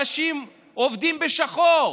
אנשים עובדים בשחור,